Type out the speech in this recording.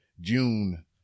June